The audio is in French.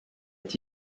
est